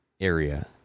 area